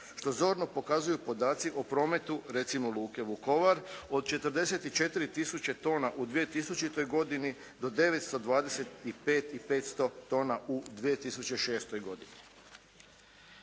što zorno pokazuju podaci o prometu recimo luke Vukovar od 44 tisuće tona u 2000. godini do 925 i 500 tona u 2006. godini.